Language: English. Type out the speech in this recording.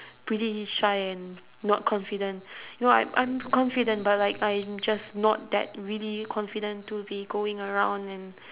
pretty shy and not confident you know I'm I'm confident but like I'm just not that really confident to be going around and